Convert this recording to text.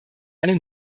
eine